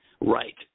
right